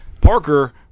Parker